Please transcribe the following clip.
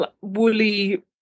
woolly